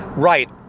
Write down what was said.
Right